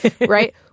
right